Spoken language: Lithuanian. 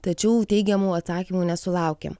tačiau teigiamų atsakymų nesulaukėm